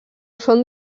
són